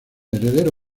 heredero